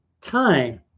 time